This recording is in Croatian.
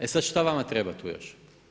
E sada šta vama treba tu još?